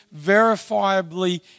verifiably